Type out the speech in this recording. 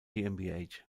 gmbh